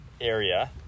Area